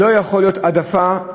לא יכולה להיות העדפה,